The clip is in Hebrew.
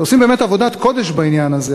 שעושים באמת עבודת קודש בעניין הזה.